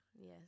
Yes